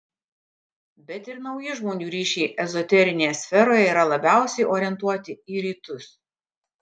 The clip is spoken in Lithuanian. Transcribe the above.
bet ir nauji žmonių ryšiai ezoterinėje sferoje yra labiausiai orientuoti į rytus